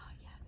yes